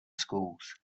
schools